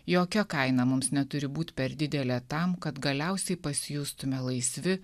jokia kaina mums neturi būt per didelė tam kad galiausiai pasijustume laisvi